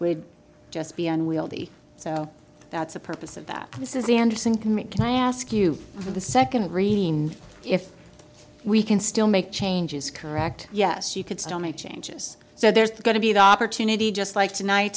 would just be unwieldy so that's the purpose of that this is anderson can make can i ask you for the second reading if we can still make changes correct yes you could still make changes so there's going to be the opportunity just like tonight